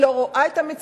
היא לא רואה את המציאות.